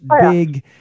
big